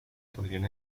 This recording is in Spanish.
podrán